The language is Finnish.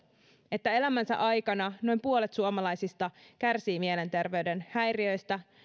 että elämänsä aikana noin puolet suomalaisista kärsii mielenterveyden häiriöistä